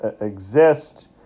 exist